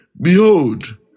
Behold